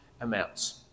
amounts